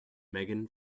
megan